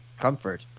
comfort